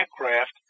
aircraft